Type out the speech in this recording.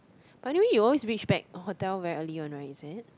but anyway you always reach back hotel very early one right is it